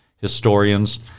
historians